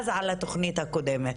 אז על התוכנית הקודמת.